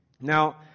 now